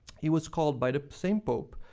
he was called by the same pope,